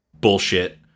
bullshit